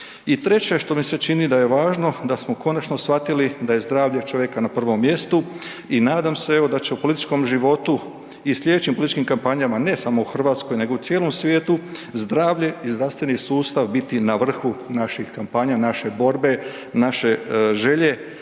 I treće što mi se čini da je važno, da smo konačno shvatili da je zdravlje čovjeka na prvom mjestu i nadam se evo da će u političkom životu i slijedećim političkim kampanjama, ne samo u RH, nego u cijelom svijetu, zdravlje i zdravstveni sustav biti na vrhu naših kampanja, naše borbe, naše želje